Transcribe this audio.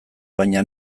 baina